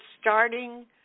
starting